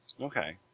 Okay